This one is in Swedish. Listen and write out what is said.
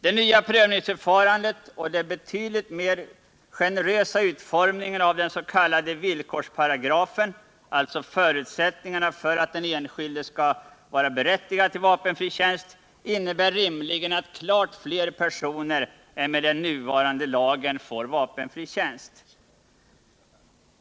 Det nya prövningsförfarandet och den betydligt mer generösa utformningen av den s.k. villkorsparagrafen, alltså förutsättningarna för att den enskilde skall vara berättigad till vapenfri tjänst, innebär rimligen att klart fler personer än med den nuvarande lagen får vapenfri tjänst.